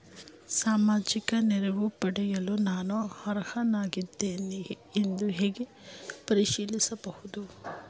ಸಾಮಾಜಿಕ ನೆರವು ಪಡೆಯಲು ನಾನು ಅರ್ಹನಾಗಿದ್ದೇನೆಯೇ ಎಂದು ಹೇಗೆ ಪರಿಶೀಲಿಸಬಹುದು?